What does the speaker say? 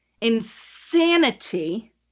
insanity